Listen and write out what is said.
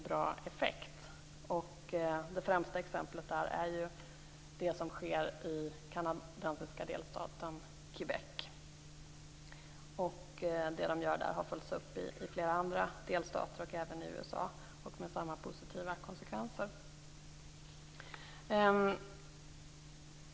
Det främsta exemplet är det som sker i den kanadensiska delstaten Québec. Det de gör där har efterföljts i flera andra delstater, och även i USA, med samma positiva konsekvenser.